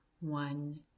one